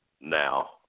now